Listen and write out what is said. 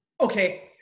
Okay